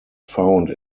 found